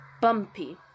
bumpy